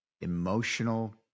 emotional